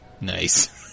Nice